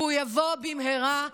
והוא יבוא במהרה,